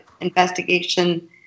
investigation